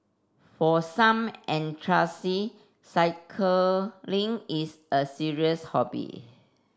for some cycling is a serious hobby